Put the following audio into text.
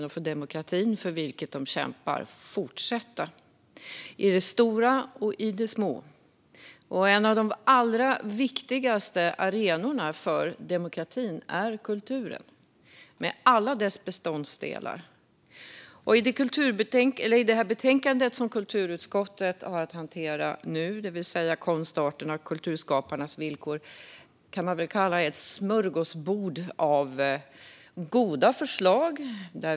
Arbetet för den demokrati för vilken de kämpar måste fortsätta i det stora och i det lilla. En av de allra viktigaste arenorna för demokratin är kulturen med alla dess beståndsdelar. Det betänkande som kulturutskottet har att debattera nu, Konstarterna och kulturskaparnas villkor , kan man kalla ett smörgåsbord av goda förslag.